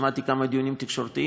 שמעתי כמה דיונים תקשורתיים,